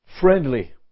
friendly